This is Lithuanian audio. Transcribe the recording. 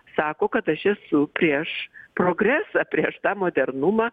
sako kad aš esu prieš progresą prieš tą modernumą